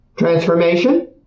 Transformation